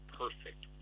perfect